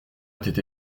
était